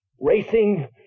Racing